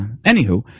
anywho